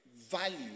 value